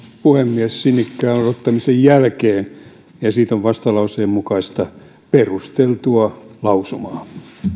puhemies sinnikkään odottamisen jälkeen esitän vastalauseen mukaista perusteltua lausumaa